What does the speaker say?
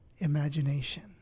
imagination